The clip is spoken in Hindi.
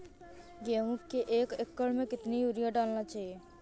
गेहूँ के एक एकड़ में कितना यूरिया डाला जाता है?